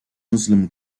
muslim